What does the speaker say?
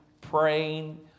praying